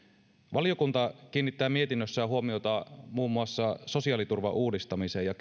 valiokunta kiinnittää mietinnössään huomiota muun muassa sosiaaliturvan uudistamiseen ja